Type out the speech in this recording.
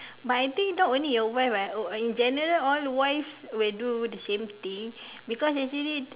but I think not only your wife right oh in general all wives will do the same thing because actually